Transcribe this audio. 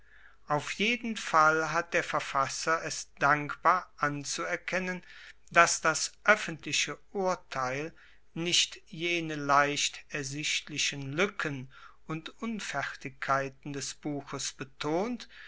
auf jeden fall hat der verfasser es dankbar anzuerkennen dass das oeffentliche urteil nicht jene leicht ersichtlichen luecken und unfertigkeiten des buches betont